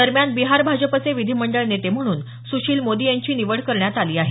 दरम्यान बिहार भाजपचे विधीमंडळ नेते म्हणून सुशील मोदी यांची निवड करण्यात आली आहे